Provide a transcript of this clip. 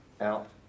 out